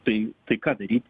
tai tai ką daryt